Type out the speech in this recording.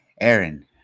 Aaron